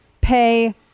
pay